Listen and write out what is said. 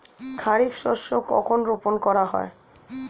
খারিফ শস্য কখন রোপন করা হয়?